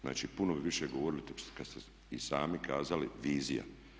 Znači, puno bi više govorili kad ste i sami kazali vizija.